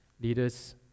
leaders